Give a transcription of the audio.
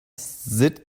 sit